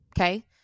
okay